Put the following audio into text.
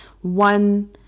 One